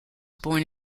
born